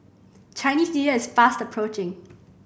Chinese Year is fast approaching